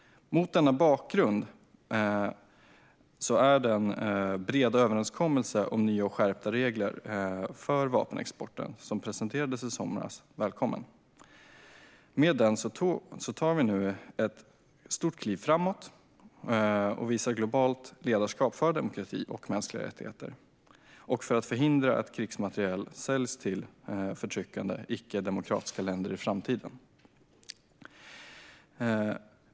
Mot denna bakgrund är den breda överenskommelse om nya och skärpta regler för vapenexport som presenterades i somras välkommen. Med den tar vi nu ett stort kliv framåt och visar globalt ledarskap för demokrati och mänskliga rättigheter och för att förhindra att krigsmateriel säljs till förtryckande, icke-demokratiska länder i framtiden.